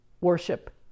worship